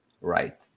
Right